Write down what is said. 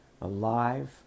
alive